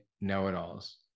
know-it-alls